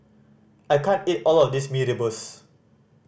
I can't eat all of this Mee Rebus